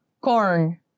Corn